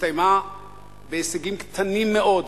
הסתיימה בהישגים קטנים מאוד,